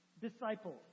disciples